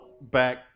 back